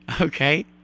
Okay